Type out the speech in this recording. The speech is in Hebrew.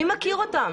מי מכיר אותם?